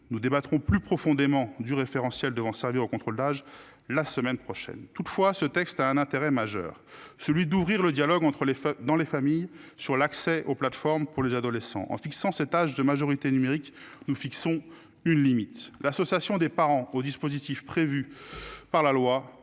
nous débattrons plus profondément du référentiel devant servir au contrôle d'âge la semaine prochaine. Toutefois, ce texte a un intérêt majeur, celui d'ouvrir le dialogue entre les femmes dans les familles sur l'accès aux plateformes pour les adolescents en fixant cet âge de majorité numérique nous fixons une limite. L'association des parents au dispositif prévu par la loi